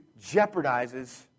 jeopardizes